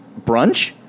brunch